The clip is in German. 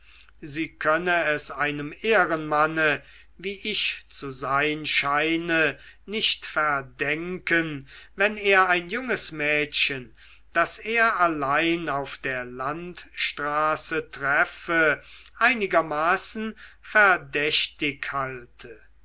sie könne es einem ehrenmanne wie ich zu sein scheine nicht verdenken wenn er ein junges mädchen das er allein auf der landstraße treffe einigermaßen verdächtig halte